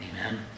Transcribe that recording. Amen